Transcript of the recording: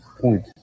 Point